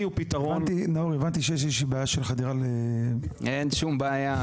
הבנתי שיש איזושהי בעיה של חדירה --- אין שום בעיה,